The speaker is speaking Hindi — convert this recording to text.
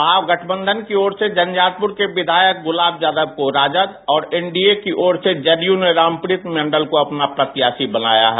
महागठबंधन की ओर से झंझारपुर के विधायक गुलाब यादव और एनडीए की ओर से जदयू ने रामप्रीत मंडल को अपना प्रत्याशी बनाया है